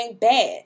bad